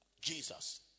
Jesus